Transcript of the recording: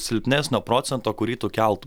silpnesnio procento kurį tu keltum